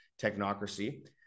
technocracy